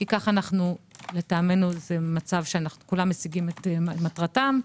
כי לטעמנו זה מצב שכולם משיגים את מטרתם,